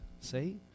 see